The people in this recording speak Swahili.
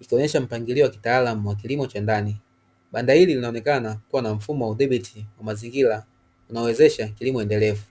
ikionyesha mpangilio wa kitaalamu wa kilimo cha ndani, banda hili linaonekana kuwa na mfumo wa udhibiti mazingira unaowezesha kilimo endelevu.